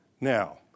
Now